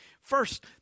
First